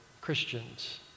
Christians